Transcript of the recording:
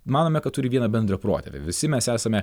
manome kad turi vieną bendrą protėvį visi mes esame